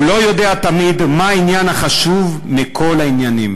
לא יודע תמיד מה העניין החשוב מכל העניינים.